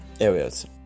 areas